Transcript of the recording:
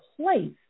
place